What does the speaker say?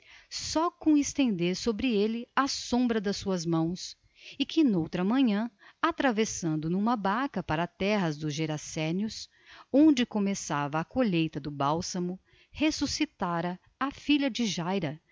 só com estender sobre ele a sombra das suas mãos e que noutra manhã atravessando numa barca para a terra dos gerasenos onde começava a colheita do bálsamo ressuscitara a filha de jairo